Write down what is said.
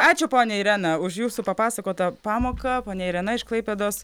ačiū ponia irena už jūsų papasakotą pamoką ponia irena iš klaipėdos